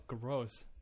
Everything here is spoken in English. gross